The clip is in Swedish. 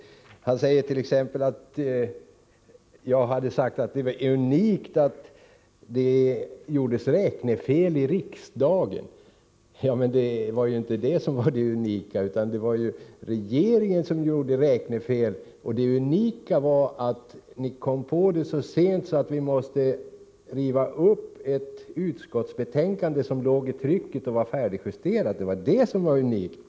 Han påstod t.ex. att jag hade sagt att det är unikt att det gjordes räknefel i riksdagen. Det var inte det som var det unika. Det var ju regeringen som gjorde räknefel, och det unika var att ni kom på det så sent att vi här i riksdagen måste riva upp ett utskottsbetänkande som låg i trycket och var färdigjusterat. Det var det som var unikt.